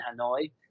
Hanoi